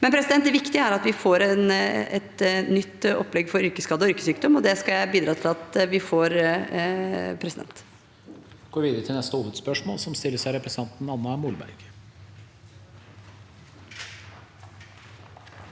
Det viktigste er at vi får et nytt opplegg for yrkesskade og yrkessykdom, og det skal jeg bidra til at vi får. Presidenten